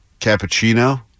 cappuccino